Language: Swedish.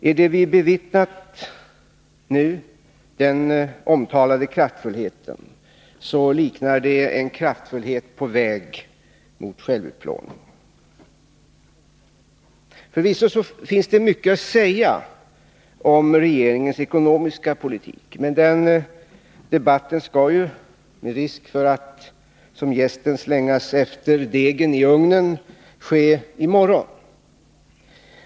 Är det vi bevittnat nu den omtalade kraftfullheten, så liknar det en kraftfullhet på väg mot självutplåning. Förvisso finns det mycket att säga om regeringens ekonomiska politik, men den debatten skall ju, med risk för att som jästen slängas efter degen i ugnen, ske i morgon.